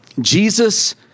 Jesus